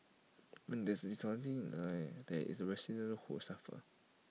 when there is dishonesty in the Town IT is the residents who suffer